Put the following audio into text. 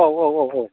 औ औ औ औ